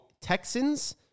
Texans